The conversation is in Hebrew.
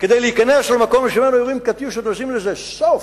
כדי להיכנס למקום שממנו יורים "קטיושות" ולשים לזה סוף,